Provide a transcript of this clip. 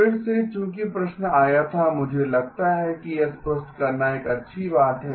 फिर से चूँकि प्रश्न आया था मुझे लगता है कि यह स्पष्ट करना एक अच्छी बात है